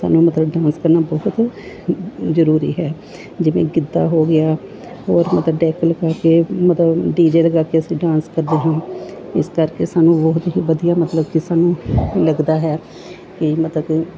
ਸਾਨੂੰ ਮਤਲਬ ਡਾਂਸ ਕਰਨਾ ਬਹੁਤ ਜ਼ਰੂਰੀ ਹੈ ਜਿਵੇਂ ਗਿੱਧਾ ਹੋ ਗਿਆ ਹੋਰ ਮਤਲਬ ਡੈਕ ਲਗਾ ਕੇ ਮਤਲਬ ਡੀ ਜੇ ਲਗਾ ਕੇ ਅਸੀਂ ਡਾਂਸ ਕਰਦੇ ਹਾਂ ਇਸ ਕਰਕੇ ਸਾਨੂੰ ਬਹੁਤ ਹੀ ਵਧੀਆ ਮਤਲਬ ਕਿ ਸਾਨੂੰ ਲੱਗਦਾ ਹੈ ਕਿ ਮਤਲਬ ਕਿ